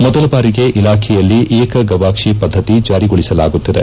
ಮೊದಲ ಬಾರಿಗೆ ಇಲಾಖೆಯಲ್ಲಿ ಏಕ ಗವಾಕ್ಷಿ ಪದ್ಧತಿ ಜಾರಿಗೊಳಸಲಾಗುತ್ತಿದೆ